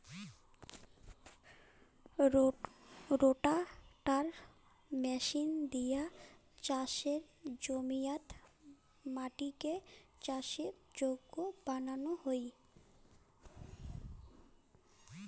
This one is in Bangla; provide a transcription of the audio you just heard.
রোটাটার মেশিন দিয়া চাসের জমিয়াত মাটিকে চাষের যোগ্য বানানো হই